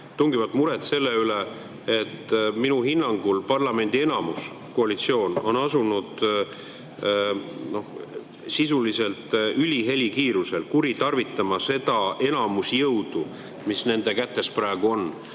tungivalt muret selle pärast, et minu hinnangul parlamendi enamus, koalitsioon, on asunud sisuliselt ülehelikiirusel kuritarvitama seda enamuse jõudu, mis nende kätes praegu on.